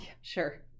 Sure